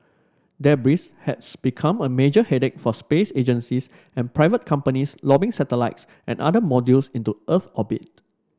debris has become a major headache for space agencies and private companies lobbing satellites and other modules into Earth orbit